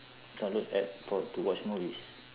download app for to watch movies